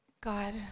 God